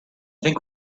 think